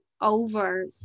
over